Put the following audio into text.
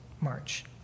march